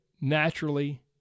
naturally